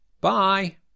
Bye